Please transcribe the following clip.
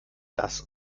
das